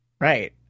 Right